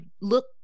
look